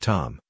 Tom